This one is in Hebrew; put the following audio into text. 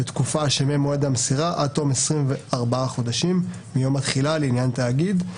בתקופה שממועד המסירה עד תום 24 חודשים מיום התחילה לעניין תאגיד,